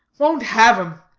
won't have em!